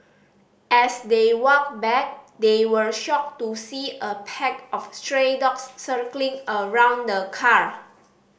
as they walked back they were shocked to see a pack of stray dogs circling around the car